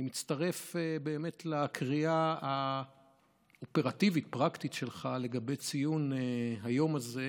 אני מצטרף באמת לקריאה האופרטיבית-פרקטית שלך לגבי ציון היום הזה,